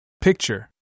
Picture